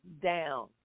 down